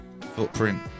footprint